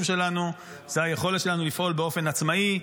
שלנו זה היכולת שלנו לפעול באופן עצמאי.